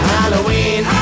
Halloween